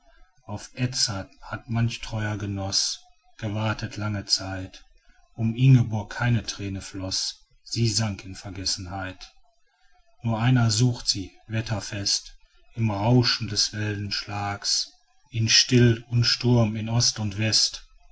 auf edzard hat manch treuer genoß gewartet lange zeit um ingeborg keine thräne floß sie sank in vergessenheit nur einer suchte sie wetterfest im rauschen des wellenschlags in still und sturm in ost und west